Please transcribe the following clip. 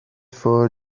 for